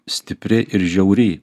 stipri ir žiauri